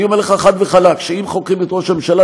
אני אומר לך חד וחלק שאם חוקרים את ראש הממשלה,